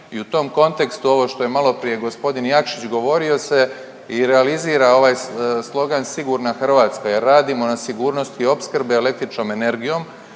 i u tom kontekstu ovo što je malo prije gospodin Jakšić govorio se i realizira ovaj slogan sigurna Hrvatska, jer radimo na sigurnosti opskrbe električnom energijom,